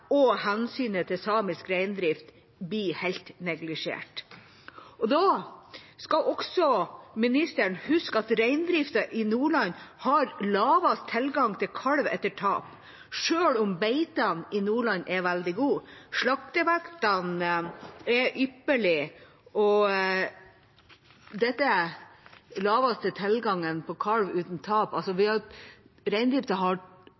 og hensynet til samisk reindrift blir helt neglisjert. Ministeren skal huske at reindrifta i Nordland har lavest tilgang på kalv etter tap, selv om beitene i Nordland er veldig gode. Slaktevektene er ypperlige. Om dette med lavest tilgang på kalv etter tap: Reindrifta har